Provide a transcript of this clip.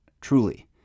truly